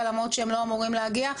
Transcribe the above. ומנסים להגיע למרות שהם לא אמורים להגיע,